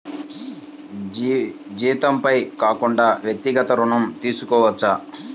జీతంపై కాకుండా వ్యక్తిగత ఋణం తీసుకోవచ్చా?